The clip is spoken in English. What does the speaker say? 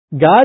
God